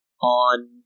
on